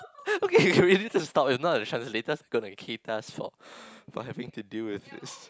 okay we need to stop if not the translator is gonna keep us fault for having to deal with